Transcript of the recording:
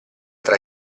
tra